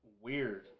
weird